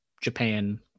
Japan